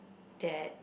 that